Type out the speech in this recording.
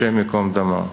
השם ייקום דמו.